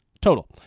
total